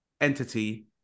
entity